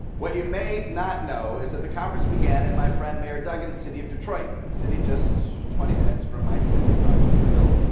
what you may not know is that the conference began in my friend mayor duggan's city of detroit, a city just twenty minutes from my city of rochester hills,